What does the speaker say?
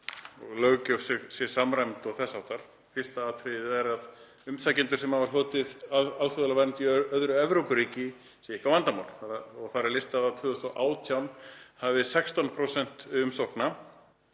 og löggjöf sé samræmd og þess háttar. Fyrsta atriðið er að umsækjendur sem hafa hlotið alþjóðlega vernd í öðru Evrópuríki séu ekki vandamál. Þar er listað að 2018 hafi 16% umsókna